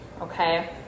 okay